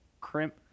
crimp